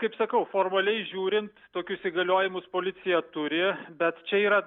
kaip sakau formaliai žiūrint tokius įgaliojimus policija turi bet čia yra